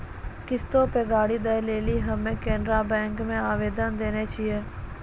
किश्तो पे गाड़ी दै लेली हम्मे केनरा बैंको मे आवेदन देने छिये